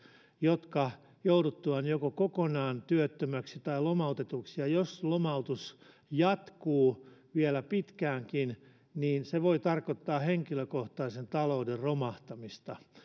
jotka joutuvat joko kokonaan työttömäksi tai lomautetuksi ja jos lomautus jatkuu vielä pitkäänkin niin se voi tarkoittaa henkilökohtaisen talouden romahtamista